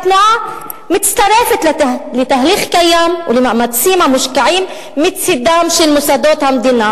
והתנועה מצטרפת לתהליך קיים ולמאמצים המושקעים מצדם של מוסדות המדינה